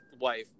wife